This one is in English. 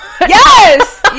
Yes